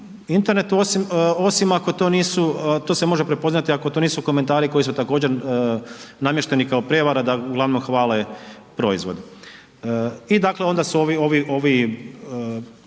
internetu osim ako to nisu, to se može prepoznati ako to nisu komentari koji su također namješteni kao prijevara da uglavnom hvale proizvod. I dakle onda su ovi,